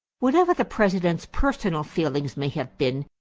whatever the president's personal feelings may have been,